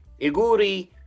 iguri